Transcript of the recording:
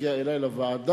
והגיע אלי לוועדה.